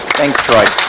thanks troy.